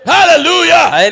Hallelujah